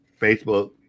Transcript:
facebook